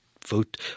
Vote